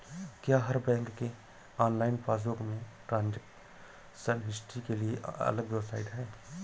क्या हर बैंक के ऑनलाइन पासबुक में ट्रांजेक्शन हिस्ट्री के लिए अलग वेबसाइट है?